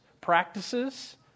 practices